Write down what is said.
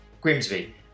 Grimsby